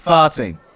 Farting